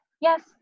Yes